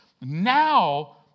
now